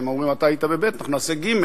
הם אומרים: אתה היית בב', אנחנו נעשה ג'.